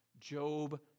Job